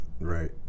Right